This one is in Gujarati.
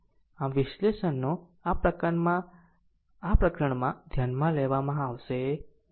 આમ વિશ્લેષણ નો આ પ્રકરણમાં ધ્યાનમાં લેવામાં આવશે નહીં